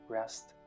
Rest